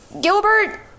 Gilbert